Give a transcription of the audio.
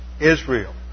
Israel